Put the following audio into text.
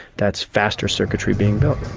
that's faster circuitry being built.